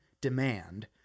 demand